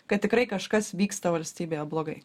kad tikrai kažkas vyksta valstybėje blogai